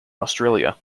australia